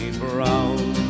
brown